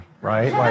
right